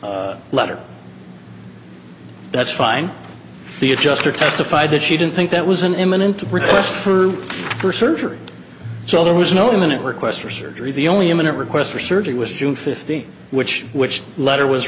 is letter that's fine the adjuster testified that she didn't think that was an imminent request for her surgery so there was no imminent request for surgery the only imminent request for surgery was june fifteenth which which letter was